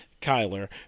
Kyler